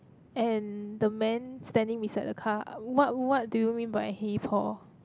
and the man standing beside the car what what do you mean by hey Paul